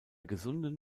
gesunden